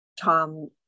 Tom